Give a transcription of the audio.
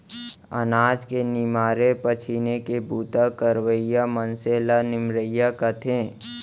अनाज के निमारे पछीने के बूता करवइया मनसे ल निमरइया कथें